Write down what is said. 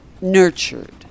Nurtured